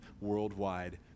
worldwide